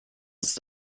ist